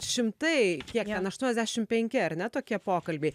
šimtai kiek ten aštuoniasdešim penki ar ne tokie pokalbiai